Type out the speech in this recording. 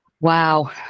Wow